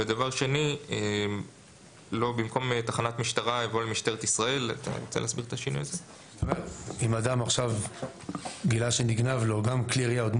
במקום "לתחנת המשטרה" יבוא "למשטרת ישראל" ובמקום "האבידה או על